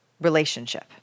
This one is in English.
relationship